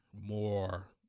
more